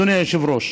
אדוני היושב-ראש.